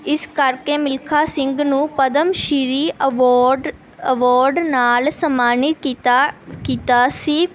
ਇਸ ਕਰਕੇ ਮਿਲਖਾ ਸਿੰਘ ਨੂੰ ਪਦਮ ਸ਼੍ਰੀ ਅਵਾਰਡ ਅਵਾਰਡ ਨਾਲ ਸਨਮਾਨਿਤ ਕੀਤਾ ਕੀਤਾ ਸੀ